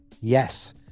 Yes